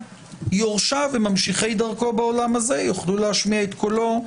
שיורשיו וממשיכי דרכו בעולם הזה יוכלו להשמיע את קולו?